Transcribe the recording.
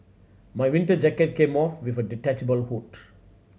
my winter jacket came off with a detachable hood